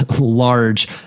large